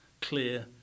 clear